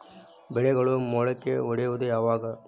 ಬೆಳೆಗಳು ಮೊಳಕೆ ಒಡಿಯೋದ್ ಯಾವಾಗ್?